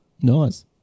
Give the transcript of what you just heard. Nice